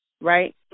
right